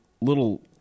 little